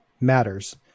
matters